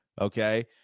Okay